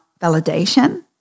validation